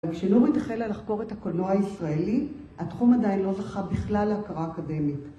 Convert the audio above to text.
כשנורית החלה לחקור את הקולנוע הישראלי, התחום עדיין לא זכה בכלל להכרה אקדמית.